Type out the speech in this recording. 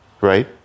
Right